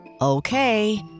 Okay